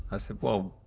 i said, well,